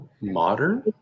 Modern